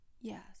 yes